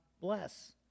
bless